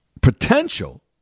potential